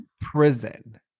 prison